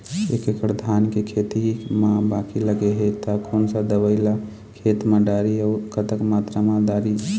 एक एकड़ धान के खेत मा बाकी लगे हे ता कोन सा दवई ला खेत मा डारी अऊ कतक मात्रा मा दारी?